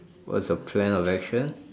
what's your plan of action